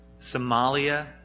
Somalia